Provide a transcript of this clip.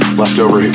leftover